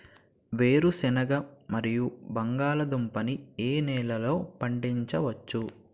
వేరుసెనగ మరియు బంగాళదుంప ని ఏ నెలలో పండించ వచ్చు?